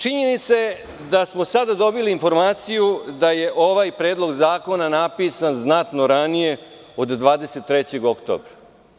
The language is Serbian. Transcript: Činjenica je da smo sada dobili informaciju da je ovaj predlog zakona napisan znatno ranije od 23. oktobra.